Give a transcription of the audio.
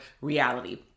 reality